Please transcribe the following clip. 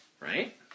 right